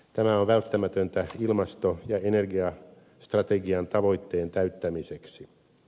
tämä on välttämätöntä ilmasto ja energiastrategian tavoitteen täyttämiseksi